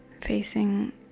facing